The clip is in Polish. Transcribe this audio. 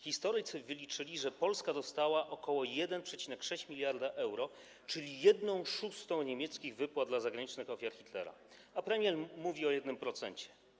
Historycy wyliczyli, że Polska dostała ok. 1,6 mld euro, czyli 1/6 niemieckich wypłat dla zagranicznych ofiar Hitlera, a premier mówi o 1%.